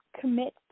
commit